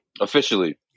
Officially